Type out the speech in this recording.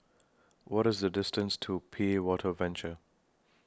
What IS The distance to P A Water Venture